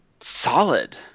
solid